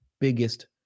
biggest